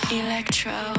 electro